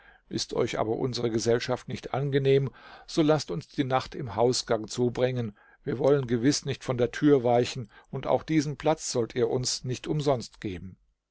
ist euch aber unsere gesellschaft nicht angenehm so laßt uns die nacht im hausgang zubringen wir wollen gewiß nicht von der tür weichen und auch diesen platz sollt ihr uns nicht umsonst geben